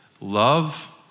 love